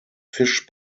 fish